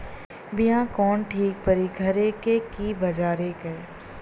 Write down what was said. बिया कवन ठीक परी घरे क की बजारे क?